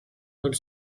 not